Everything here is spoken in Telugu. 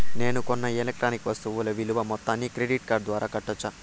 నేను కొన్న ఎలక్ట్రానిక్ వస్తువుల విలువ మొత్తాన్ని క్రెడిట్ కార్డు ద్వారా కట్టొచ్చా?